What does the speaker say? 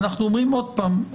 אנחנו אומרים עוד פעם: